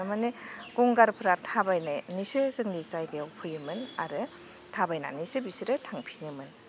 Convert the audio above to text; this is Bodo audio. थारमानि गंगारफ्रा थाबायनानैसो जोंनि जायगायाव फैयोमोन आरो थाबायनानैसो बिसोरो थांफिनोमोन